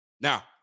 Now